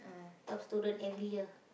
top student every year